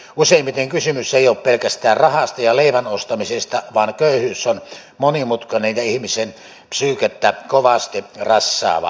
useimmiten kysymys ei ole pelkästään rahasta ja leivän ostamisesta vaan köyhyys on monimutkainen ja ihmisen psyykettä kovasti rassaava asia